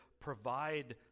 provide